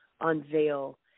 unveil